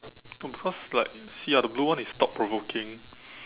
no because like you see ah the blue one is thought provoking